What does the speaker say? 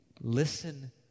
Listen